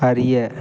அறிய